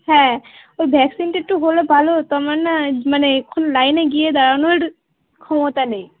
হ্যাঁ ওই ভ্যাকসিনটা একটু হলে ভালো হতো আমার না মানে এখুনি লাইনে গিয়ে দাঁড়ানোর ক্ষমতা নেই